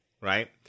right